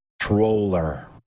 troller